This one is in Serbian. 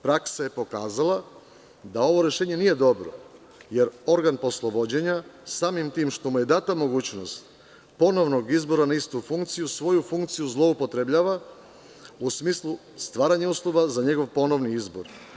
Praksa je pokazala da ovo rešenje nije dobro, jer organ poslovođenja samim tim što mu je data mogućnost ponovnog izbora na istu funkciju svoju funkciju zloupotrebljava, u smislu stvaranja uslova za njegov ponovni izbor.